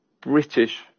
British